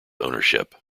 ownership